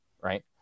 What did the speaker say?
Right